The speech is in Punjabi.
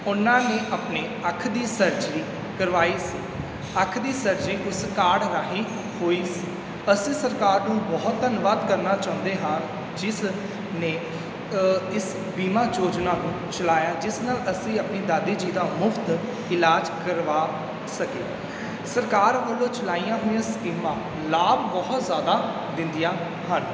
ਉਹਨਾਂ ਨੇ ਆਪਣੀ ਅੱਖ ਦੀ ਸਰਜਰੀ ਕਰਵਾਈ ਸੀ ਅੱਖ ਦੀ ਸਰਜਰੀ ਉਸ ਕਾਰਡ ਰਾਹੀਂ ਹੋਈ ਸੀ ਅਸੀਂ ਸਰਕਾਰ ਨੂੰ ਬਹੁਤ ਧੰਨਵਾਦ ਕਰਨਾ ਚਾਹੁੰਦੇ ਹਾਂ ਜਿਸ ਨੇ ਅ ਇਸ ਬੀਮਾ ਯੋਜਨਾ ਚਲਾਇਆ ਜਿਸ ਨਾਲ ਅਸੀਂ ਆਪਣੀ ਦਾਦੀ ਜੀ ਦਾ ਮੁਫ਼ਤ ਇਲਾਜ ਕਰਵਾ ਸਕੇ ਸਰਕਾਰ ਵੱਲੋਂ ਚਲਾਈਆਂ ਹੋਈਆਂ ਸਕੀਮਾਂ ਲਾਭ ਬਹੁਤ ਜ਼ਿਆਦਾ ਦਿੰਦੀਆਂ ਹਨ